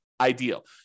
ideal